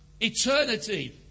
Eternity